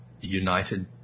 united